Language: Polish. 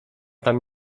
tam